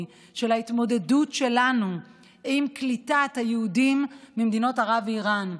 של ההתמודדות שלנו עם קליטת היהודים ממדינות ערב ואיראן,